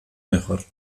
mejor